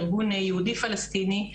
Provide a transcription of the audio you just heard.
ארגון יהודי-פלסטיני,